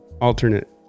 alternate